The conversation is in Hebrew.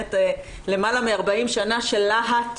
ובאמת למעלה מ-40 שנה של להט,